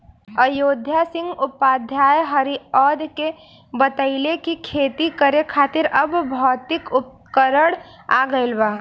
अयोध्या सिंह उपाध्याय हरिऔध के बतइले कि खेती करे खातिर अब भौतिक उपकरण आ गइल बा